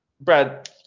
Brad